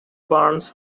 burns